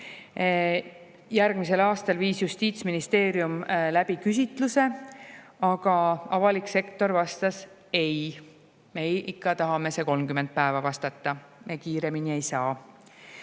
Järgmisel aastal viis Justiitsministeerium läbi küsitluse, aga avalik sektor vastas: "Ei, me ikka tahame 30 päeva vastata, me kiiremini ei saa."